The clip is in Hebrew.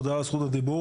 תודה על זכות הדיבור,